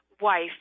wife